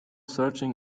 searching